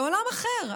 בעולם אחר.